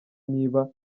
niba